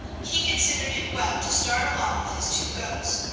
he considered it well to start along with his two goats.